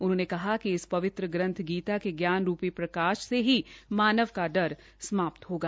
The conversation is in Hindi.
उन्होंने कहा कि इस पवित्र ग्रंथ गीता के ज्ञान रूपी प्रकाश से ही मानव का डर समाप्त होगा